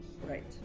Right